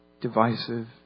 Divisive